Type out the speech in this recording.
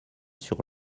sur